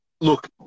Look